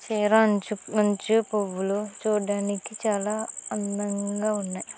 చీర అంచు అంచు పువ్వులు చూడడానికి చాలా అందంగా ఉన్నాయి